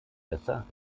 besser